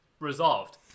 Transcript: resolved